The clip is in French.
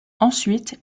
ensuite